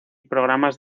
programas